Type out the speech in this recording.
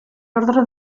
ordre